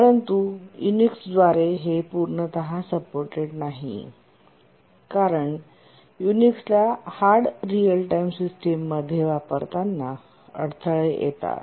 परंतु यूनिक्स द्वारे हे पूर्णतः सपोर्टेड नाही कारण यूनिक्सला हार्ड रिअल टाइम सिस्टिम मध्ये वापरताना अडथळे येतात